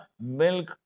milk